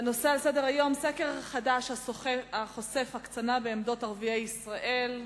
הנושא על סדר-היום: סקר חדש החושף הקצנה בעמדות ערביי ישראל,